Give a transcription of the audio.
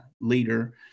leader